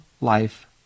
life